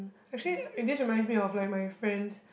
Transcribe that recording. actually this reminds me of like my friends